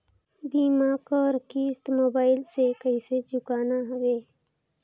बीमा कर किस्त मोबाइल से कइसे चुकाना हवे